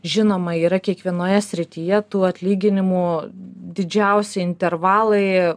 žinoma yra kiekvienoje srityje tų atlyginimų didžiausi intervalai